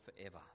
forever